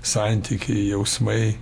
santykiai jausmai